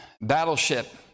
battleship